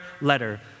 letter